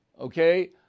okay